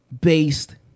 based